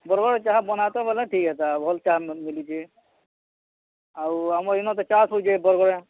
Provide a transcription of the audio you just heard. ବରଗଡ଼୍ର ଚାହା ବନାତ ବୋଇଲେ ଠିକ୍ ହେଇତା ଆଉ ଭଲ୍ ଚାହା ମିଲୁଛେ ଆଉ ଆମର୍ ଇନ ତ ଚାଷ୍ ହଉଛେ ବରଗଡ଼େଁ